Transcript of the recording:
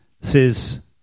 says